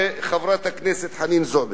וגם לחברת הכנסת חנין זועבי.